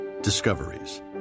Discoveries